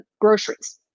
groceries